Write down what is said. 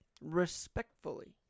respectfully